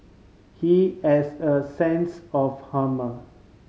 he has a sense of